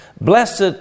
blessed